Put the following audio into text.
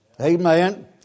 Amen